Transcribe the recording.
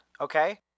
okay